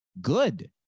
Good